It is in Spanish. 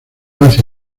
nazi